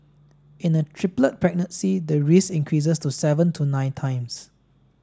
in a triplet pregnancy the risk increases to seven to nine times